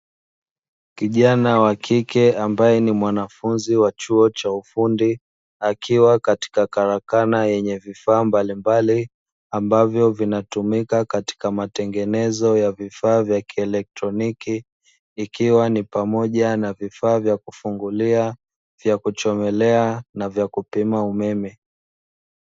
Kijana wa kike ambaye ni mwanafunzi wa chuo cha ufundi akiwa katika karakana yenye vifaa mbalimbali ambavyo vinatumika katika mategenezo ya vifaa vya kieletroniki ikiwa ni pamoja na vifaa vya kufungulia, vya kuchomelea na vya kupima umeme.